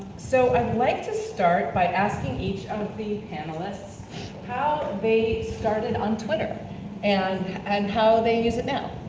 so i'd like to start by asking each of the panelists how they started on twitter and and how they use it now.